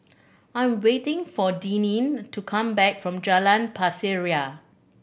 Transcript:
I'm waiting for Deneen to come back from Jalan Pasir Ria